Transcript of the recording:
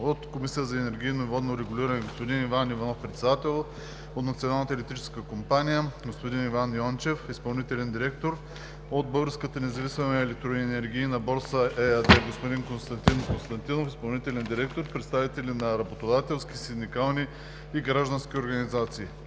от Комисията за енергийно и водно регулиране: господин Иван Иванов – председател; от „Националната електрическа компания“ ЕАД: господин Иван Йончев – изпълнителен директор; от „Българската независима електроенергийна борса“ ЕАД: господин Константин Константинов – изпълнителен директор; представители на работодателски, синдикални и граждански организации,